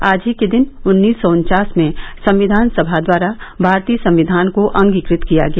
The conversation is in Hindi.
आज ही के दिन उन्नीस सौ उन्वास में संविधान सभा द्वारा भारतीय संविधान को अंगीकृत किया गया